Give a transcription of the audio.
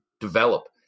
develop